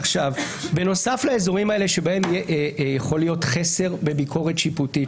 בנוסף לאזורים האלה שבהם יכול להיות חסר בביקורת שיפוטית,